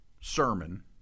sermon